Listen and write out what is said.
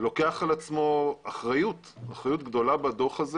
לוקח על עצמו אחריות גדולה בדוח הזה